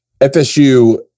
FSU